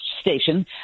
station